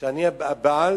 שאני בעד